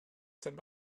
saint